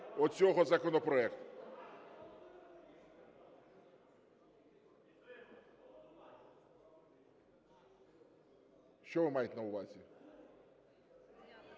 оцього законопроекту. Що ви маєте на увазі?